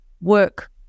work